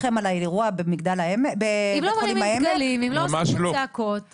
שוכב שעות בחדר מיון בבית חולים העמק במצב קשה,